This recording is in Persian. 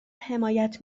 حمایت